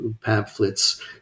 pamphlets